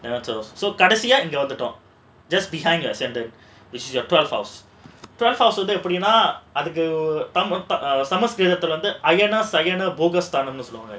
so கடைசியா இங்க வந்துட்டோம்:kadaisiyaa inga vandhutom just behind centre which is your twelve house twelve house எப்படின்னா அதுக்கு சமஸ்க்ரிதத்துல அய்யனானு சொல்வாங்க:epdina adhukku samaskrithathula ayyanu solvaanga